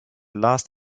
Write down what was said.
last